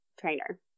trainer